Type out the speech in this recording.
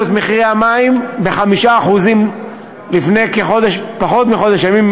את המים ב-5% לפני פחות מחודש ימים,